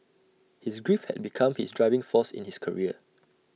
his grief had become his driving force in his career